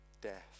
Death